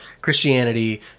Christianity